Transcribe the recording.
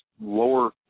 lower